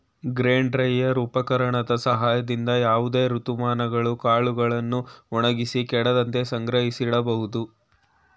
grain dryer ಉಪಕರಣದ ಸಹಾಯದಿಂದ ಯಾವುದೇ ಋತುಮಾನಗಳು ಕಾಳುಗಳನ್ನು ಒಣಗಿಸಿ ಕೆಡದಂತೆ ಸಂಗ್ರಹಿಸಿಡಬೋದು